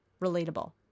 relatable